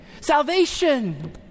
salvation